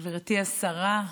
גברתי השרה,